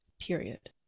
period